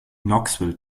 knoxville